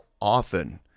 often